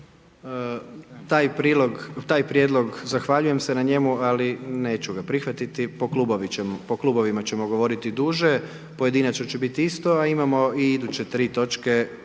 Taj prijedlog, zahvaljujem se na njemu, ali neću ga prihvatiti, po klubovima ćemo govoriti duže, pojedinačno će biti isto, a imamo i iduće 3 točke